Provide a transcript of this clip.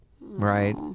Right